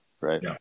Right